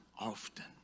often